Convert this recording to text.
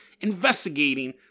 investigating